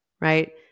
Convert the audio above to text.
right